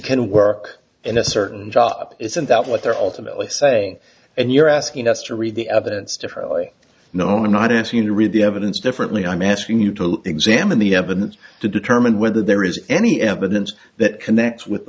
can work in a certain job isn't that what they're alternately saying and you're asking us to read the evidence differently no i'm not asking you to read the evidence differently i'm asking you to examine the evidence to determine whether there is any evidence that connects with